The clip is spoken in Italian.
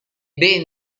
ben